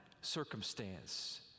circumstance